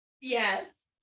Yes